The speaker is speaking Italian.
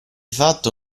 fatto